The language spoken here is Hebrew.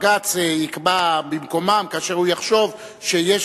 הבג"ץ יקבע במקומם כאשר הוא יחשוב שיש